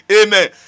Amen